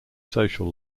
social